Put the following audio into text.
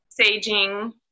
saging